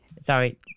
Sorry